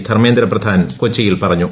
ധർമ്മേന്ദ്ര പ്രധാൻ കൊച്ചിയിൽ പറഞ്ഞു